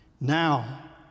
Now